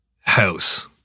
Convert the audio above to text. house